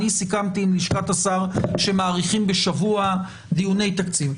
אני סיכמתי עם לשכת השר שמאריכים בשבוע דיוני תקציב.